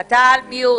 תודה רבה.